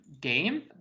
game